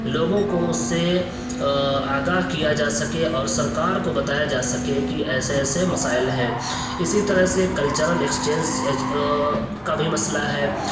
لوگوں کو اس سے عاگاہ کیا جا سکے اور سرکار کو بتایا جا سکے کہ ایسے ایسے مسائل ہیں اسی طرح سے کلچرل ایکسچینج کا بھی مسئلہ ہے